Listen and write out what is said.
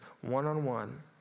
one-on-one